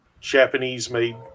Japanese-made